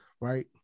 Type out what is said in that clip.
right